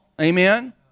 Amen